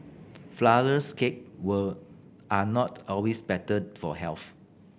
flourless cake were are not always better for health